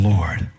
Lord